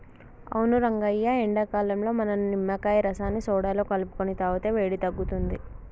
అవును రంగయ్య ఎండాకాలంలో మనం నిమ్మకాయ రసాన్ని సోడాలో కలుపుకొని తాగితే వేడి తగ్గుతుంది